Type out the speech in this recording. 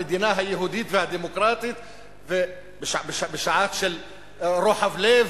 המדינה היהודית והדמוקרטית בשעה של רוחב לב,